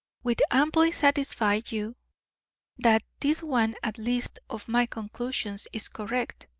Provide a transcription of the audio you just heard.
will amply satisfy you that this one at least of my conclusions is correct.